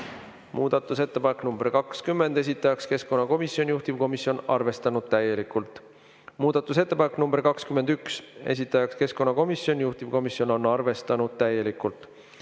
Muudatusettepanek nr 1, esitajaks keskkonnakomisjon ja juhtivkomisjon on arvestanud täielikult. Muudatusettepanek nr 2, esitajaks keskkonnakomisjon ja juhtivkomisjon on arvestanud täielikult.